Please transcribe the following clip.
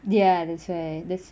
ya that's why